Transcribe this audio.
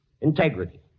integrity